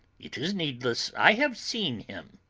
it is needless i have seen him!